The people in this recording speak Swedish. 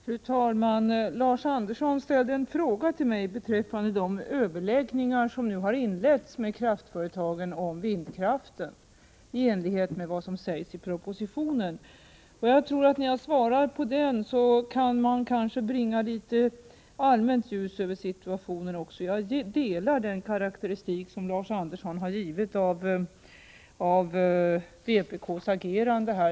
Fru talman! Lars Andersson ställde en fråga till mig beträffande de överläggningar som nu i enlighet med vad som sägs i propositionen har inletts med kraftföretagen om vindkraften. Jag tror att när jag svarar på den kanske det också bringas litet allmänt ljus över situationen. Jag delar den karakteristik som Lars Andersson har gjort av vpk:s agerande.